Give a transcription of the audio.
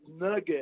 nugget